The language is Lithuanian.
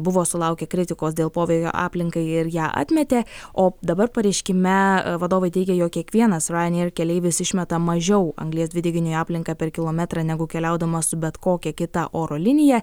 buvo sulaukę kritikos dėl poveikio aplinkai ir ją atmetė o dabar pareiškime vadovai teigė jog kiekvienas ryanair keleivis išmeta mažiau anglies dvideginio į aplinką per kilometrą negu keliaudamas su bet kokia kita oro linija